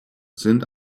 sind